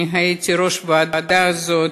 אני הייתי ראש הוועדה הזאת,